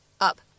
up